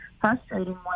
frustrating